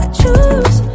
choose